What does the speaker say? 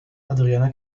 adriana